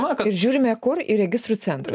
ir žiūrime kur į registrų centrą